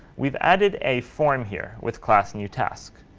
we've added a form here with class new task.